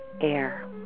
air